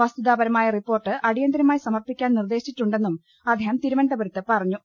വസ്തുതാപരമായ report അടിയന്തിരമായി സമർപ്പി ക്കാൻ നിർദേശിച്ചിട്ടുണ്ടെന്നും അദ്ദേഹം തിരുവനന്തപുരത്ത് പറഞ്ഞു